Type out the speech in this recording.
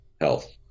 health